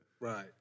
Right